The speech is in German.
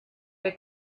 der